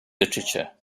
literature